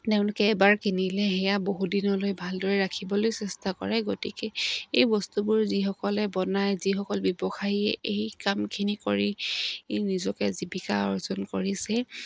তেওঁলোকে এবাৰ কিনিলে সেয়া বহুত দিনলৈ ভালদৰে ৰাখিবলৈ চেষ্টা কৰে গতিকে এই বস্তুবোৰ যিসকলে বনাই যিসকল ব্যৱসায়ীয়ে এই কামখিনি কৰি নিজকে জীৱিকা অৰ্জন কৰিছে